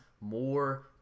More